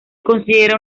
considera